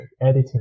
editing